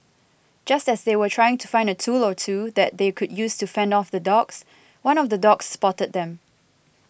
just as they were trying to find a tool or two that they could use to fend off the dogs one of the dogs spotted them